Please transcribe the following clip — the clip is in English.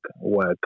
work